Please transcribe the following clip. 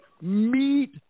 meet